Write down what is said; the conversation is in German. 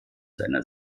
seiner